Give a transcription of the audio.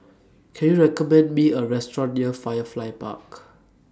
Can YOU recommend Me A Restaurant near Firefly Park